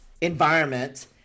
environment